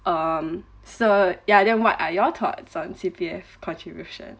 um so ya then what are your thoughts on C_P_F contribution